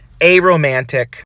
aromantic